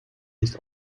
nicht